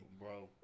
Bro